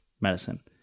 medicine